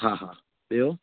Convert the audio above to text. हा हा ॿियो